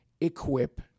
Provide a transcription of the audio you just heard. equip